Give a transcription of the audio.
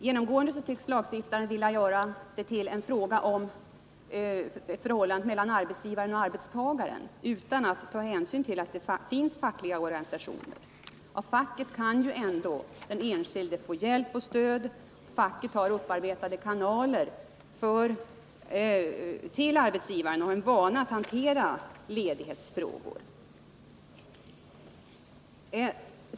Genomgående tycks lagstiftaren vilja göra det till en fråga om ett förhållande mellan arbetsgivaren och arbetstagaren utan att ta hänsyn till att det finns fackliga organisationer. Av facket kan ändå den enskilde få hjälp och stöd. Facket har upparbetade kanaler till arbetsgivaren och en vana att hantera ledighetsfrågor.